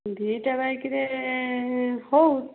ଦୁଇଟା ବାଇକ୍ରେ ହଉ